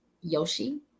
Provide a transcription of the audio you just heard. Yoshi